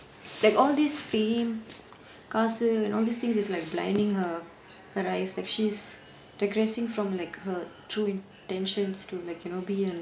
like all this fame because her and all these things is like blinding her her eyes like she's digressing from like her true intentions to like you know be a